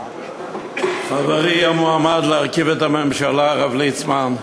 חברי המועמד להרכיב את הממשלה הרב ליצמן,